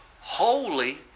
holy